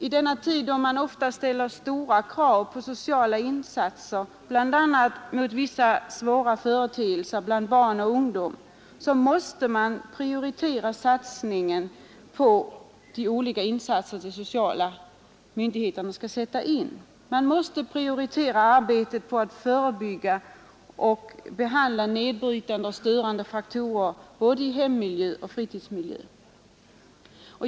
I denna tid, då det ofta ställs stora krav på sociala insatser mot vissa svåra företeelser bland barn och ungdom, måste man prioritera bland de olika åtgärder som de sociala myndigheterna skall sätta in. Man måste prioritera arbetet på att förebygga och motverka nedbrytande och störande faktorer i både hemmiljö och fritidsmiljö.